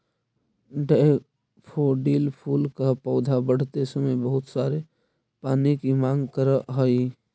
daffodil फूल का पौधा बढ़ते समय बहुत सारे पानी की मांग करअ हई